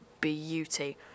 beauty